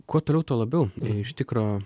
kuo toliau tuo labiau iš tikro